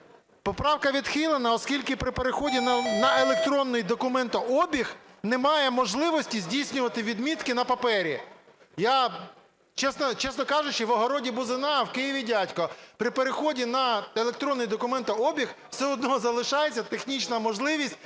поправка відхилена, оскільки при переході на електронний документообіг немає можливості здійснювати відмітки на папері. Чесно кажучи, в огороді бузина, а в Києві дядько. При переході на електронний документообіг все одно залишається технічна можливість